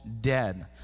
dead